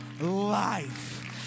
life